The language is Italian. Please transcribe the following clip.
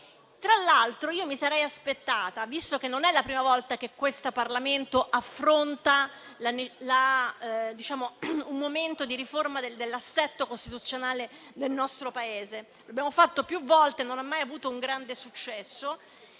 Tra l'altro, mi sarei aspettata, visto che non è la prima volta che questo Parlamento affronta un momento di riforma dell'assetto costituzionale del nostro Paese - lo abbiamo fatto più volte e non ha mai avuto un grande successo